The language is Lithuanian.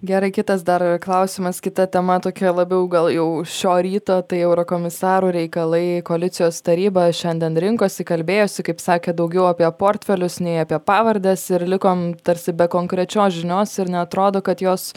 gerai kitas dar klausimas kita tema tokia labiau gal jau šio ryto tai eurokomisarų reikalai koalicijos taryba šiandien rinkosi kalbėjosi kaip sakė daugiau apie portfelius nei apie pavardes ir likom tarsi be konkrečios žinios ir neatrodo kad jos